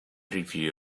review